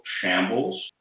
shambles